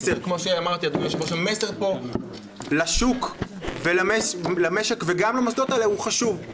המסר לשוק ולמשק, וגם למוסדות האלה חשוב.